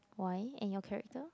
why and your character